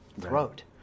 throat